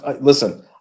listen